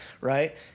Right